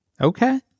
Okay